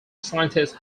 scientists